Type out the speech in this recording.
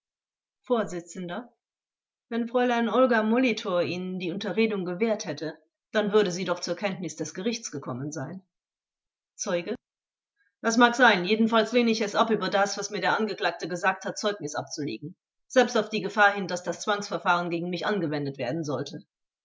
vors wenn fräulein olga molitor ihnen die unterredung gewährt hätte dann würde sie doch zur kenntnis des gerichts gekommen sein zeuge das mag sein jedenfalls lehne ich es ab über das was mir der angeklagte gesagt hat zeugnis abzulegen selbst auf die gefahr hin daß das zwangsverfahren gegen mich angewendet werden sollte